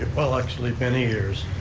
well, actually, many years,